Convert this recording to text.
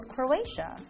Croatia